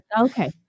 Okay